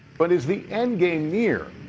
but is the end game near?